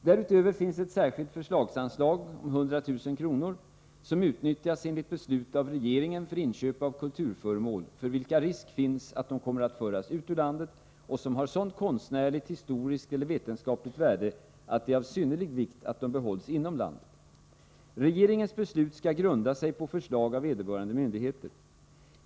Därutöver finns ett särskilt förslagsanslag om 100 000 kr., som utnyttjas enligt beslut av regeringen för inköp av kulturföremål vilka riskerar att föras ut ur landet och som har sådant konstnärligt, historiskt eller vetenskapligt värde att det är av synnerlig vikt att de behålls inom landet. Regeringens beslut skall grunda sig på förslag av vederbörande myndigheter.